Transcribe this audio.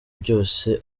byose